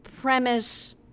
premise—